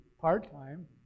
part-time